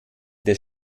des